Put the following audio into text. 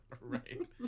right